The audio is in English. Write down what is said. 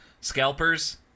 scalpers